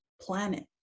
planet